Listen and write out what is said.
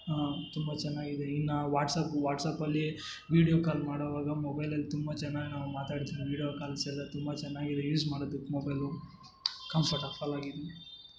ಆಂ ತುಂಬ ಚೆನ್ನಾಗಿದೆ ಇನ್ನು ವಾಟ್ಸ್ಆ್ಯಪ್ ವಾಟ್ಸ್ಆ್ಯಪ್ ಅಲ್ಲಿ ವೀಡ್ಯೋ ಕಾಲ್ ಮಾಡೋವಾಗ ಮೊಬೈಲಲ್ಲಿ ತುಂಬ ಚೆನ್ನಾಗ್ ನಾವು ಮಾತಾಡ್ತೀವಿ ವೀಡಿಯೋ ಕಾಲ್ಸ್ ಎಲ್ಲ ತುಂಬ ಚೆನ್ನಾಗಿದೆ ಯೂಸ್ ಮಾಡೋದಕ್ಕೆ ಮೊಬೈಲು ಕಂಫರ್ಟಫಲ್ ಆಗಿದೆ